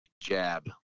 jab